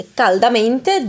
caldamente